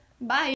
Bye